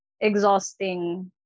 Exhausting